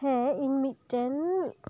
ᱦᱮᱸ ᱤᱧ ᱢᱤᱫᱴᱮᱱ